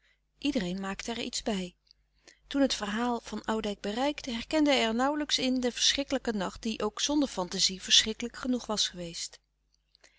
iedereen maakte er iets bij toen het verhaal van oudijck bereikte herkende hij er nauwlijks in den verschrikkelijken nacht die ook zonder fantazie verschrikkelijk genoeg was geweest